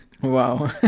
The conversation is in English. Wow